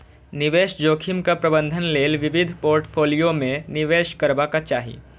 निवेश जोखिमक प्रबंधन लेल विविध पोर्टफोलियो मे निवेश करबाक चाही